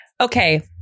okay